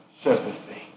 sympathy